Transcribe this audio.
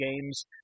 games